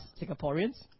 Singaporeans